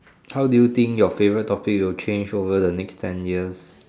how do you think your favourite topic will change over the next ten years